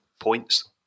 points